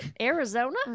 Arizona